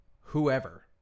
whoever